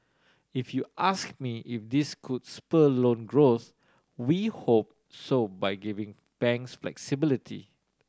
if you ask me if this could spur loan growth we hope so by giving banks flexibility